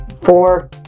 Four